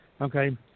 okay